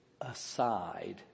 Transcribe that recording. aside